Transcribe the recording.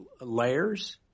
layers